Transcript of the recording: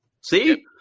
See